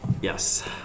Yes